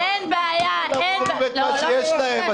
כולם אומרים את מה שיש להם.